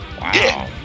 wow